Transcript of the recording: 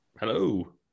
Hello